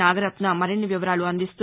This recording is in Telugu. నాగరత్న మరిన్ని వివరాలందిస్తూ